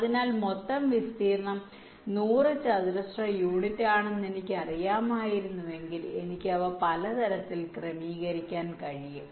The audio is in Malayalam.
അതിനാൽ മൊത്തം വിസ്തീർണ്ണം 100 ചതുരശ്ര യൂണിറ്റാണെന്ന് എനിക്കറിയാമായിരുന്നുവെങ്കിൽ എനിക്ക് അവ പല തരത്തിൽ ക്രമീകരിക്കാൻ കഴിയും